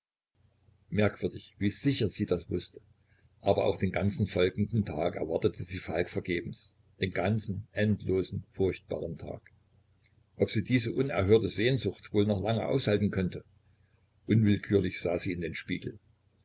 merkwürdig wie sicher sie das wußte aber auch den ganzen folgenden tag erwartete sie falk vergebens den ganzen endlosen furchtbaren tag ob sie diese unerhörte sehnsucht wohl noch lange aushalten könnte unwillkürlich sah sie in den spiegel